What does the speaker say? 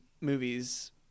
movies